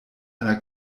einer